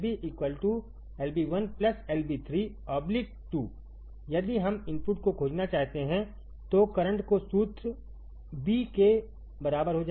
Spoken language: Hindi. Ib1 Ib3 2 यदि हम इनपुट को खोजना चाहते हैं तो करंट को सूत्र I b के बराबर हो जाएगा